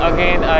Again